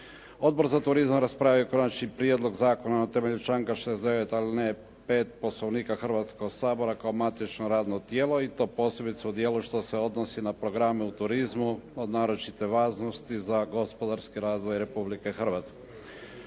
Odbor za turizam raspravio je konačni prijedlog zakona na temelju članka 69. alineje 5. Poslovnika Hrvatskoga sabora kao matično radno tijelo i to posebice u dijelu što se odnosi na programe u turizmu, od naročite važnosti za gospodarski razvoj Republike Hrvatske.